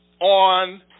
on